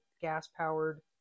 gas-powered